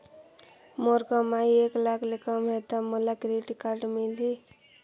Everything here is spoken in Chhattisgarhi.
मोर कमाई एक लाख ले कम है ता मोला क्रेडिट कारड मिल ही?